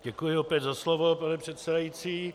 Děkuji opět za slovo, pane předsedající.